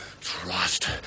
Trust